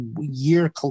year